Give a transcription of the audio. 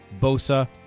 Bosa